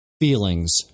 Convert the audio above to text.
feelings